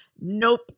Nope